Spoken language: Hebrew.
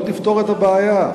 לא תפתור את הבעיה.